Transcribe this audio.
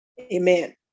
Amen